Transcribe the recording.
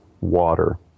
water